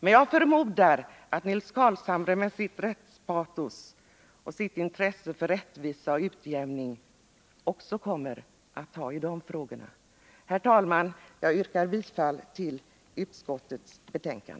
Men jag förmodar att Nils Carlshamre med sitt rättspatos och sitt intresse för utjämning mellan olika grupper också kommer att ta tag i de frågorna. Herr talman! Jag ber att få yrka bifall till utskottets hemställan.